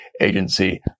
agency